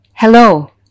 Hello